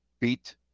beat